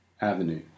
avenue